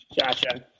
Gotcha